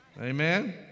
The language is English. Amen